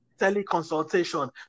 teleconsultation